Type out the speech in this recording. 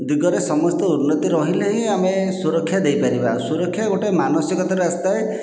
ଦିଗରେ ସମସ୍ତେ ଉନ୍ନତି ରହିଲେ ହିଁ ଆମେ ସୁରକ୍ଷା ଦେଇପାରିବା ସୁରକ୍ଷା ଗୋଟିଏ ମାନସିକତାରୁ ଆସିଥାଏ